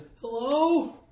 Hello